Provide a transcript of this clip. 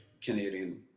Canadian